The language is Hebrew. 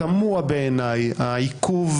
תמוה בעיניי העיכוב.